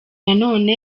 nanone